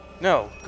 No